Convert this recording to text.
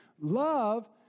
Love